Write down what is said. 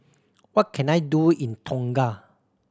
what can I do in Tonga